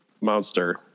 monster